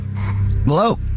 Hello